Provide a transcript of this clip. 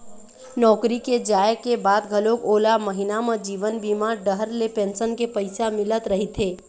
नौकरी के जाए के बाद घलोक ओला महिना म जीवन बीमा डहर ले पेंसन के पइसा मिलत रहिथे